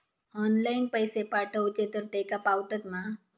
Online पैसे पाठवचे तर तेका पावतत मा?